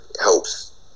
helps